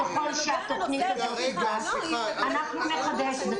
ככל שהתוכנית הזו תוגש, אנחנו נחדש.